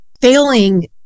failing